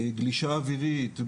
גלישה אווירית,